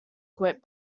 quit